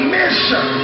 mission